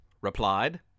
replied